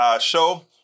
show